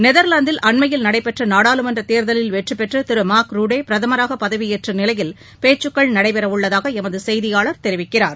நெதர்வாந்தில் அண்மையில் நடைபெற்ற நாடாளுமன்ற தேர்தலில் வெற்றிபெற்று திரு மார்க் ருடே பிரதமராக பதவியேற்ற நிலையில் பேச்சுக்கள் நடைபெறவுள்ளதாக எமது செய்தியாளர் தெரிவிக்கிறார்